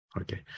okay